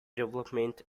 development